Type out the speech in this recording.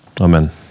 Amen